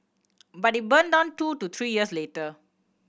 but it burned down two to three years later